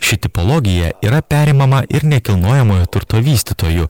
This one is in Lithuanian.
ši tipologija yra perimama ir nekilnojamojo turto vystytojų